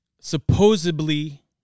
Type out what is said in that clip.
supposedly